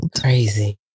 Crazy